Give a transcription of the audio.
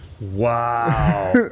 wow